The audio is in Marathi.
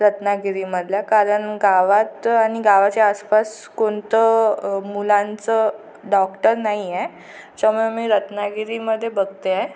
रत्नागिरीमधल्या कारण गावात आणि गावाचे आसपास कोणतं मुलांचं डॉक्टर नाही आहे त्याच्यामुळे मी रत्नागिरीमध्ये बघते आहे